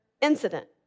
incident